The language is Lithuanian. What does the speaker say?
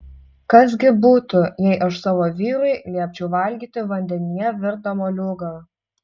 kas gi būtų jei aš savo vyrui liepčiau valgyti vandenyje virtą moliūgą